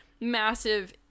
massive